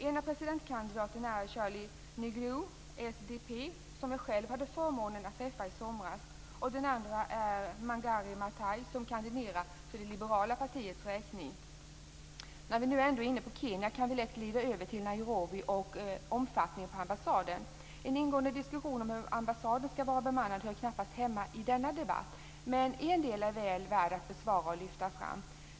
En av presidentkandidaterna är Cherity Niglilu, SDP, som jag själv hade förmånen att träffa i somras, och den andra är Mangari Matay, som kandiderar för det liberala partiets räkning. När vi nu ändå är inne på Kenya kan vi lätt glida över till Nairobi och omfattningen på ambassaden. En ingående diskussion om hur ambassaden skall vara bemannad hör knappast hemma i denna debatt. Men en del är väl värt besvara och lyfta fram.